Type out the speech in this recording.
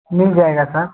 मिल जाएगा सर